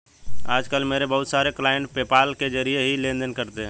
आज कल मेरे बहुत सारे क्लाइंट पेपाल के जरिये ही लेन देन करते है